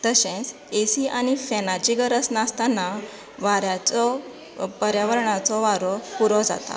तशेंच एसी आनी फॅनाची गरज नासताना वाऱ्याचो पर्यावरणाचो वारो पुरो जाता